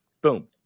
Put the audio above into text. Boom